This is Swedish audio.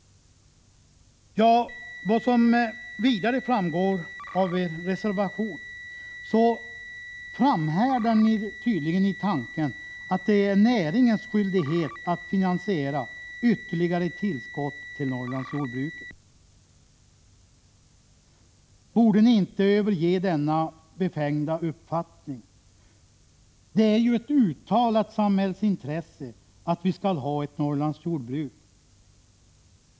Som vidare framgår av er reservation, framhärdar ni tydligen i tanken att det är näringens skyldighet att finansiera ytterligare tillskott till Norrlandsjordbruket. Borde ni inte överge denna befängda uppfattning? Det är ett uttalat samhällsintresse att vi skall ha ett Norrlandsjordbruk.